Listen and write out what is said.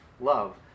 love